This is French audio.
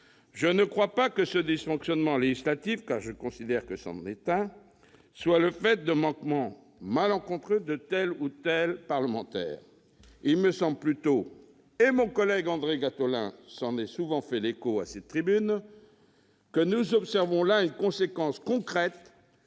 Je ne pense pas que ce dysfonctionnement législatif- je considère que c'en est un -soit le fait d'erreurs malencontreuses de tel ou tel parlementaire. Il me semble plutôt- mon collègue André Gattolin s'en est souvent fait l'écho à cette tribune -que nous observons là une conséquence concrète